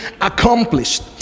accomplished